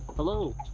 hello.